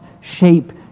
shape